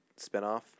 spinoff